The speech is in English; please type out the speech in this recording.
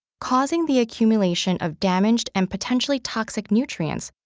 causing the accumulation of damaged and potentially toxic nutrients,